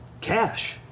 cash